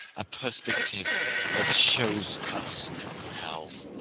a perspective that shows us hell!